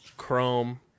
chrome